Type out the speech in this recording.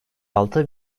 altı